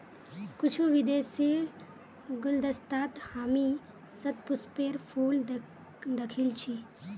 कुछू विदेशीर गुलदस्तात हामी शतपुष्पेर फूल दखिल छि